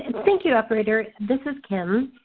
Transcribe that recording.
and thank you operator this is kim,